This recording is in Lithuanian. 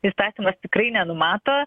įstatymas tikrai nenumato